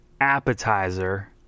appetizer